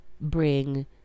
bring